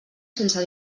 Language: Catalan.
sense